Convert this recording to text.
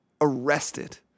arrested